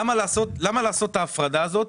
למה לעשות את ההפרדה הזאת?